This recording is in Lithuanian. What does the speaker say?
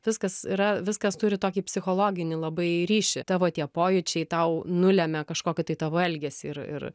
viskas yra viskas turi tokį psichologinį labai ryšį tavo tie pojūčiai tau nulemia kažkokį tai tavo elgesį ir ir